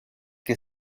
que